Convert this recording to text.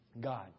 God